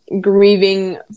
grieving